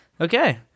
Okay